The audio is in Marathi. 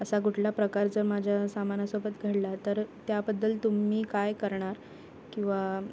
असा कुठला प्रकार जर माझ्या सामानासोबत घडला तर त्याबद्दल तुम्ही काय करणार किंवा